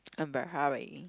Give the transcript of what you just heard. I'm very hairy